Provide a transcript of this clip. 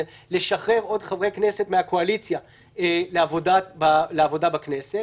זה שחרור עוד חברי כנסת מהקואליציה לעבודה בכנסת,